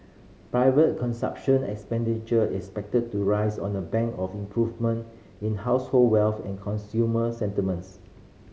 private consumption expenditure is expected to rise on the back of improvement in household wealth and consumer sentiments